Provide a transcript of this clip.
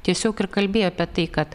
tiesiog ir kalbėjo apie tai kad